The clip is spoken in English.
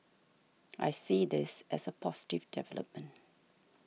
I see this as a positive development